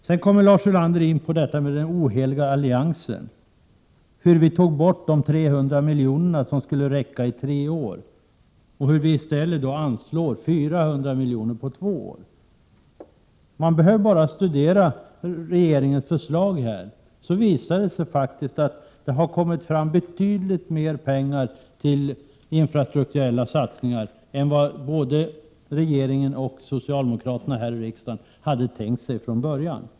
Sedan kom Lars Ulander in på den oheliga alliansen, hur vi tog bort de 300 miljonerna som skulle räcka i tre år och i stället anslog 400 milj.kr. för två år. Man behöver bara studera regeringens förslag här, så visar det sig faktiskt att det har kommit fram betydligt mer pengar till infrastrukturella satsningar än vad både regeringen och socialdemokraterna här i riksdagen hade tänkt sig från början.